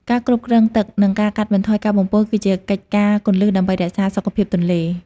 ការគ្រប់គ្រងទឹក និងការកាត់បន្ថយការបំពុលគឺជាកិច្ចការគន្លឹះដើម្បីរក្សាសុខភាពទន្លេ។